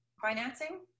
financing